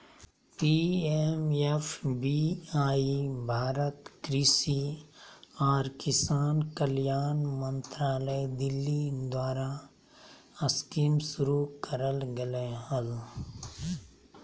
PMFBY Bharat कृषि और किसान कल्याण मंत्रालय दिल्ली द्वारास्कीमशुरू करल गेलय हल